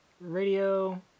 radio